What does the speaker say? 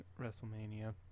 wrestlemania